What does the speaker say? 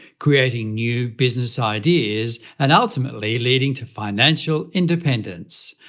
creating new business ideas, and ultimately, leading to financial independence.